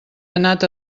anat